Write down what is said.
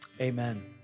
Amen